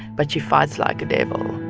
but she fights like a devil